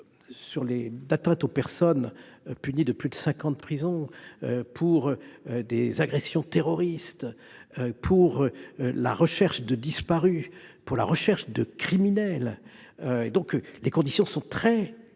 crimes d'atteintes aux personnes punis de plus de cinq ans de prison, pour des agressions terroristes, pour la recherche de disparus, pour la recherche de criminels. Les conditions sont donc très